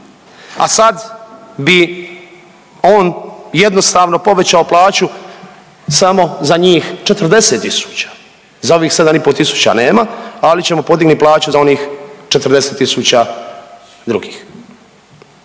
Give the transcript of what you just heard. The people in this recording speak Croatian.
a sad bi on jednostavno povećao plaću samo za njih 40 tisuća, za ovih 7 i po tisuća nema, ali ćemo podignut plaću za onih 40 tisuća drugih.